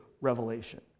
revelation